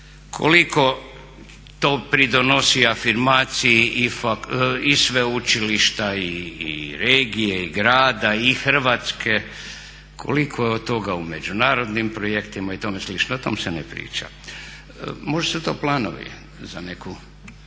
koliko to pridonosi afirmaciji i sveučilišta i regije i grada i Hrvatske, koliko toga u međunarodnim projektima i tome slično o tom se ne priča. Možda su to planovi za neku